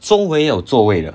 so 没有座位了